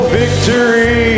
victory